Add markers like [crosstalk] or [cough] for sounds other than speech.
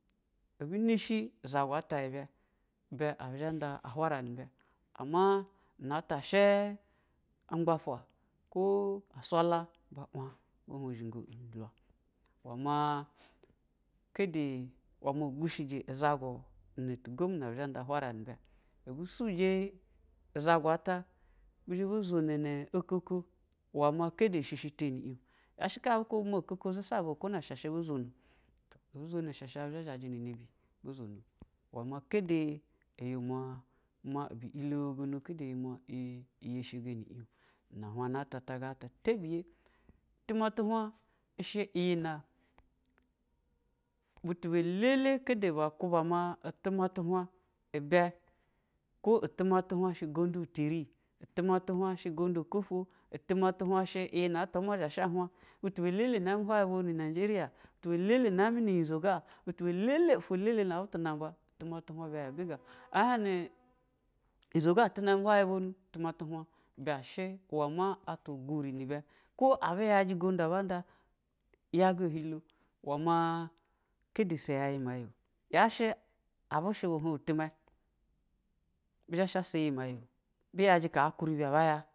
Ɛbi nishi izagu ata i bɛ i bɛ ɛbu zha nda uhwara nɛ ibɛ, ama nata shɛ amgba pa ko swalla ba wan bwo hungo án nh ulwa ma kɛ dɛ i wɛ ma sushijɛ izegu nu tatu gum nɛ abu za nda uhwa ra nɛ ibɛ, abu sujɛ, izagu ata ba zhabu zono ne oko ko i wɛ ma kɛda eshi shi tani inoua shɛ koabu kuba ma, akoko zabao, ko na esha sha bu zono. I wɛ ma kɛda iyi mug hɛshigɛni eho uhana ata ta ga ta tabiyɛ itɛmɛ tuhwan shɛ iyi nɛ butu bɛ at lɛlɛ kɛdɛ be kuba ma itɛmɛ tu hwn shi ugondu tiri, itɛmɛ tu hwn shɛ gondu okofwo, itɛma tu hwn sha iyi nɛ atwa mumma zashi á hwn butu lɛlɛ nami hwayi bonu nɛ nɛgɛria, butu bɛ lɛlɛ nami nu yizo ga, lɛlɛ ofwo lɛlɛ na butu. Namba, ɛ hɛin nu ni yizo ga atu nami hwan. Bunuitɛmɛ tu hwn ibɛ ghɛ atwa surɛ nɛ ibɛ, ko abu yaji gondu aba nda yaga ohilo iwe ma keda so ya iyimayɛo yɛshi abu shɛ bu hwn bɛ itɛmɛ zba zha shɛ sa iyimɛyɛo [unintelligible]